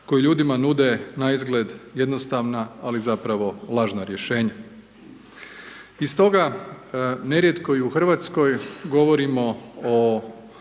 koji ljudima nude naizgled jednostavna ali zapravo lažna rješenja. I stoga, nerijetko i u Hrvatskoj govorimo o